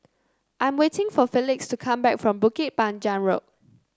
I am waiting for Felix to come back from Bukit Panjang Road